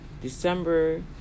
December